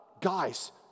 guys